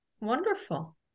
wonderful